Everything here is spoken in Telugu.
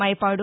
మైపాడు